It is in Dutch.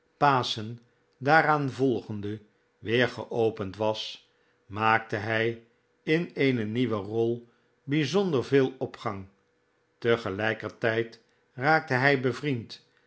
paschen daaraan volgende weder geopend was maakte hij in eenenieuwe rol bijzonder veel opgang tegelijkertijd raakte hij bevriend